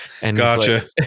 Gotcha